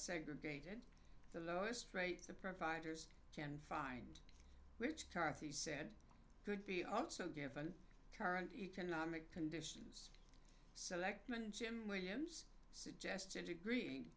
segregated the lowest rate the providers can find which carthy said could be also given current economic conditions selectman jim williams suggested agreeing